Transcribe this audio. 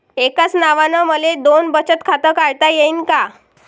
एकाच नावानं मले दोन बचत खातं काढता येईन का?